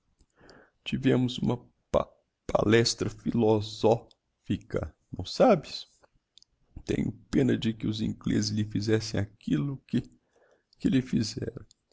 tivémos uma pa palestra filosó fica não sabes tenho pena de que os inglezes lhe fizessem aquillo que que lhe fizeram